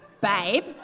babe